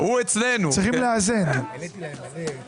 הישיבה ננעלה בשעה 13:01.